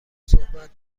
صحبت